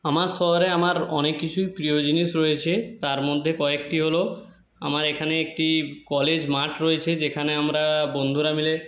আমার শহরে আমার অনেক কিছুই প্রিয় জিনিস রয়েছে তার মধ্যে কয়েকটি হলো আমার এখানে একটি কলেজ মাঠ রয়েছে যেখানে আমরা বন্ধুরা মিলে